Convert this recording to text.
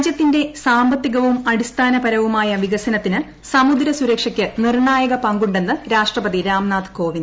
രാജ്യത്തിന്റെ സാമ്പത്തികവും അടിസ്ഥാനപരവുമായ വികസനത്തിന് സമുദ്ര സുരക്ഷക്ക് നിർണ്ണായക പങ്കുള ണ്ടന്ന് രാഷ്ട്രപതി രാംനാഥ് കോവിന്ദ്